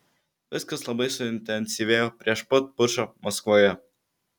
viskas labai suintensyvėjo prieš pat pučą maskvoje